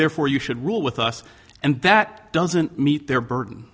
therefore you should rule with us and that doesn't meet their burden